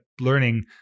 learning